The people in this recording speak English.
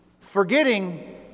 forgetting